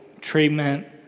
treatment